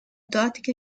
dortige